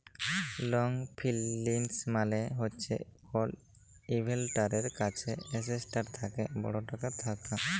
long ফিল্যাল্স মালে হছে কল ইল্ভেস্টারের কাছে এসেটটার থ্যাকে বড় টাকা থ্যাকা